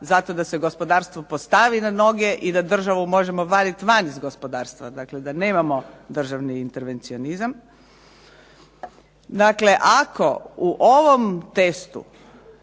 zato da se gospodarstvo postavi na noge i da državu možemo vaditi van iz gospodarstva, dakle da nemamo državni intervencionizam. Dakle, ako u ovom testu